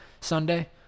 Sunday